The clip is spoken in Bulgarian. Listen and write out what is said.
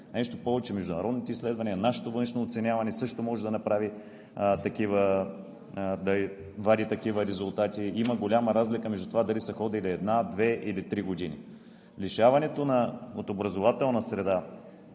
Нещо повече. Международните изследвания, нашето външно оценяване също може да вади такива резултати – има голяма разлика между това дали са ходили една, две или три години. Лишаването от образователна среда